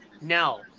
No